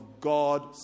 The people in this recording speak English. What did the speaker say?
God